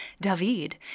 David